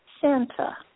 Santa